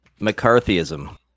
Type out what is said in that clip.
McCarthyism